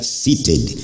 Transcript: seated